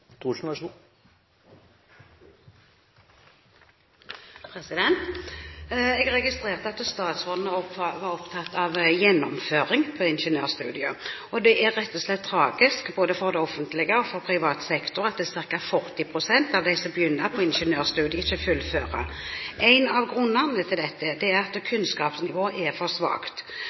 Jeg registrerte at statsråden var opptatt av gjennomføring på ingeniørstudiet. Det er rett og slett tragisk, både for offentlig og for privat sektor, at ca. 40 pst. av dem som begynner på ingeniørstudiet, ikke fullfører. Én av grunnene til dette er at kunnskapsnivået er for